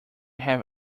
have